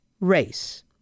race